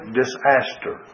disaster